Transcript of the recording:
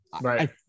Right